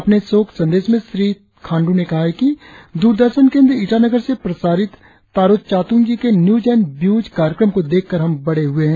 अपने शोक संदेश में श्री खाण्डू ने कहा है कि दूरदर्शन केंद्र ईटानगर से प्रसारित तारो चातुंग जी के न्यूज एण्ड व्यूज कार्यक्रम को देखकर हम बड़े हुए है